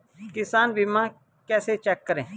किसान बीमा कैसे चेक करें?